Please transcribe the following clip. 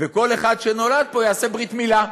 וכל אחד שנולד פה יעשה ברית מילה.